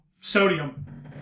Sodium